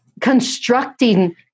constructing